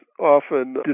often